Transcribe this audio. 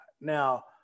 now